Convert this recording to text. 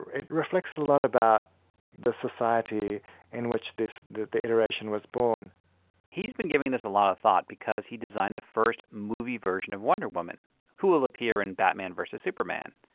it reflects a lot about the society in which this the the iteration was born he's been giving this a lot of thought because he designed the first movie version of wonder woman who will appear in batman vs superman.